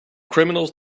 criminals